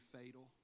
fatal